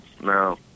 no